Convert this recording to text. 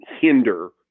hinder